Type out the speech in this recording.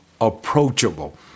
approachable